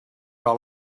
all